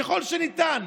ככל שניתן,